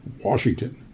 Washington